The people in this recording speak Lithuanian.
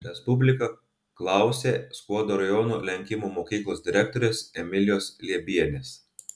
respublika klausė skuodo rajono lenkimų mokyklos direktorės emilijos liebienės